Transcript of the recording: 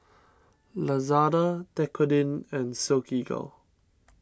Lazada Dequadin and Silkygirl